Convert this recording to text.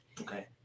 Okay